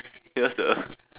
ya sia